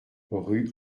rue